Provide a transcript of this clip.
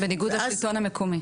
השלטון המקומי